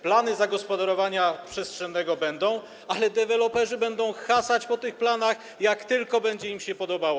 Plany zagospodarowania przestrzennego będą, ale deweloperzy będą hasać po tych planach, jak tylko będzie im się podobało.